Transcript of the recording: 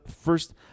first